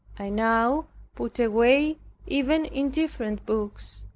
i now put away even indifferent books,